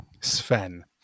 Sven